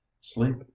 sleep